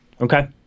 okay